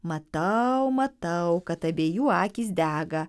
matau matau kad abiejų akys dega